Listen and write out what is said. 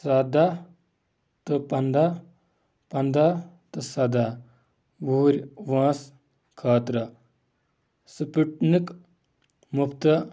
سَداہ تہٕ پنٛداہ پنٛداہ تہٕ سَداہ وُہرۍ وٲنٛسہِ خٲطرٕ سٕپٹنک مُفت